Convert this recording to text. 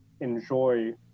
enjoy